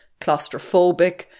claustrophobic